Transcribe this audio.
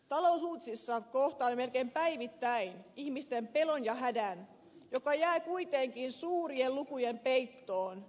talousuutisissa kohtaamme melkein päivittäin ihmisten pelon ja hädän joka jää kuitenkin suurien lukujen peittoon